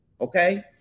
Okay